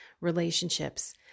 relationships